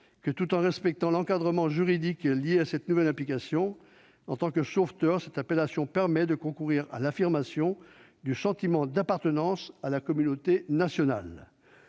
que, tout en respectant l'encadrement juridique lié à cette nouvelle implication en tant que sauveteur, cette appellation permet de concourir à l'affirmation du sentiment d'appartenance à la communauté nationale.